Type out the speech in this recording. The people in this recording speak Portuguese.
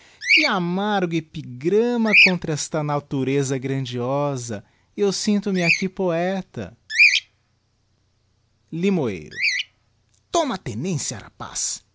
que amargo epigramma contra esta natureza grandiosa eu sinto-me aqui poeta limoeiro toma tenencia rapaz